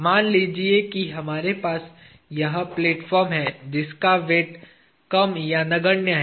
मान लीजिए कि हमारे पास यह प्लेटफॉर्म है जिसका वेट कम या नगण्य है